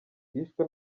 yishwe